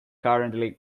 currently